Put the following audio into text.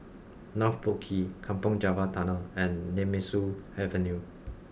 North Boat Quay Kampong Java Tunnel and Nemesu Avenue